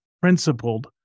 principled